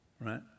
Right